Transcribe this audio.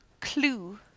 Clue